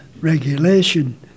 regulation